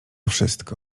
wszystko